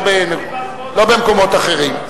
לא במקומות אחרים.